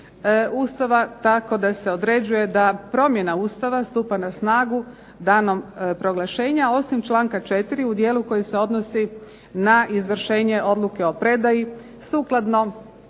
Ustava, tako da se određuje da promjena Ustava stupa na snagu danom proglašenja, osim članka 4. u dijelu koji se odnosi na izvršenje odluke o predaji, sukladno